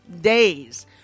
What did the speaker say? days